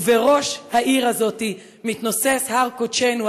ובראש העיר הזאת מתנוסס הר קודשנו,